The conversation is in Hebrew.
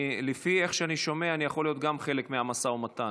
לפי איך שאני שומע אני יכול להיות גם חלק מהמשא ומתן,